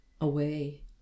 away